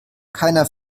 keiner